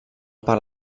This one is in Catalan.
per